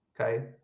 Okay